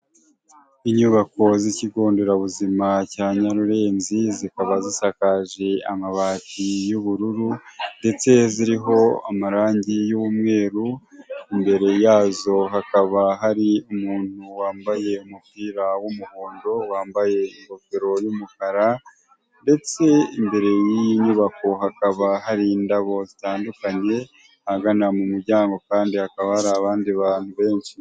Inyubako z'ikigo nderabuzima cya nyarulinzi zikaba zisakaje amabati y'ubururu ndetse ziriho amarangi y'umweru; imbere yazo hakaba hari umuntu wambaye umupira w'umuhondo, wambaye ingofero y'umukara ndetse imbere y'iyi nyubako hakaba hari indabo zitandukanye; ahagana mu muryango kandi hakaba hari abandi bantu benshi.